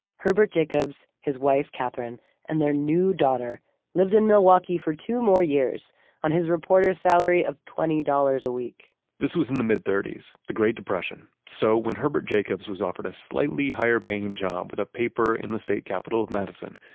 herbert jacobs, his wife katherine and their new daughter lived in milwaukee for two more years on his reporter's salary of twenty dollars a week this was in the mid-thirties, the great depression. so when herbert jacobs was offered a slightly higher paying job with a paper in the state capital of madison,